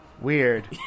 Weird